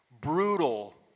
brutal